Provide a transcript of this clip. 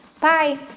Bye